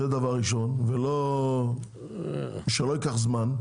זה דבר ראשון ולא שלא ייקח זמן,